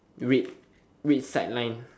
red red side line